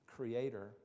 Creator